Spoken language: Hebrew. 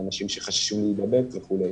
אנשים שחששו להידבק וכו'.